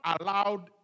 allowed